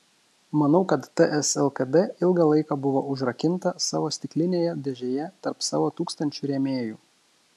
manau kad ts lkd ilgą laiką buvo užrakinta savo stiklinėje dėžėje tarp savo tūkstančių rėmėjų